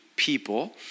people